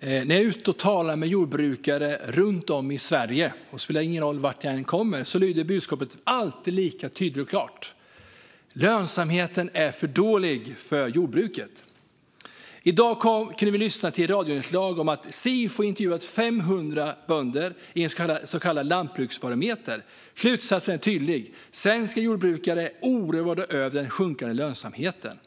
När jag är ute och talar med jordbrukare runt om i Sverige - det spelar ingen roll vart jag kommer - är budskapet alltid lika tydligt och klart: Lönsamheten för jordbruket är för dålig. I dag kan vi lyssna till ett radioinslag om att Sifo har intervjuat 500 bönder i en så kallad lantbruksbarometer. Slutsatsen är tydlig. Svenska jordbrukare är oroade över den sjunkande lönsamheten.